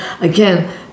Again